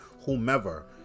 whomever